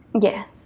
Yes